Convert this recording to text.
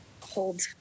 hold